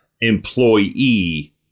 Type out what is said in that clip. employee